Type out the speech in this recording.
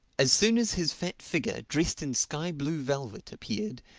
as soon as his fat figure, dressed in sky-blue velvet, appeared,